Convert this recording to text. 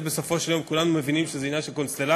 בסופו של יום כולנו מבינים שזה עניין של קונסטלציות,